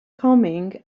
coming